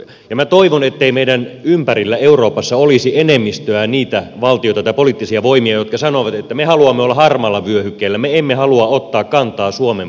ja minä toivon ettei meidän ympärillämme euroopassa olisi enemmistönä niitä valtioita tai poliittisia voimia jotka sanovat että me haluamme olla harmaalla vyöhykkeellä me emme halua ottaa kantaa suomen puolesta